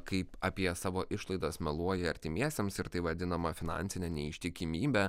kaip apie savo išlaidas meluoji artimiesiems ir tai vadinama finansine neištikimybe